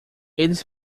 eles